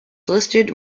listed